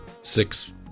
six